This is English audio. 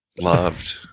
loved